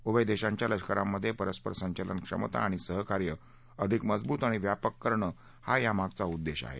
उभय देशांच्या लष्करांमध्ये परस्पर संचलन क्षमता आणि सहकार्य अधिक मजबूत आणि व्यापक करणं हा यामागचा उद्देश आहे